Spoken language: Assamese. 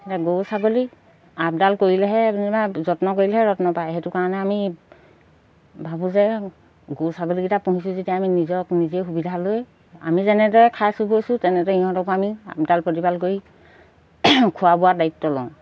এতিয়া গৰু ছাগলী আপডাল কৰিলেহে যেনিবা যত্ন কৰিলেহে ৰত্ন পায় সেইটো কাৰণে আমি ভাবোঁ যে গৰু ছাগলীকেইটা পুহিছোঁ যেতিয়া আমি নিজক নিজে সুবিধা লৈ আমি যেনেদৰে খাইছো শুইছো তেনেদৰে ইহঁতকো আমি আপডাল প্ৰতিপাল কৰি খোৱা বোৱাৰ দায়িত্ব লওঁ